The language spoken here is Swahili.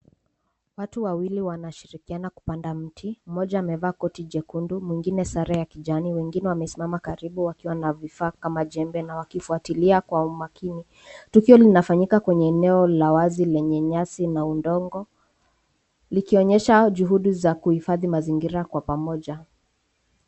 Watu wawili wanashirikiana kupanda mti..Mmoja amevaa koti jekundu ,mwingine sare ya kijani .Wengine wamesimama karibu wakiwa na vifaa kama jembe ,na wakifuatilia kwa umakini .Tukio linafanyika kwenye eneo la wazi lenye nyasi na udongo ,likionyesha juhudi za kuhifadhi mazingira kwa pamoja.